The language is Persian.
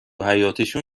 حیاطشون